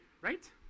right